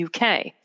UK